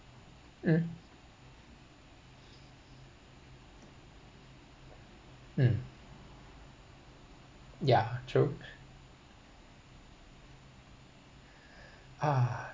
um mm ya true uh